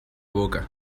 boca